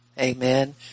Amen